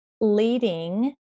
leading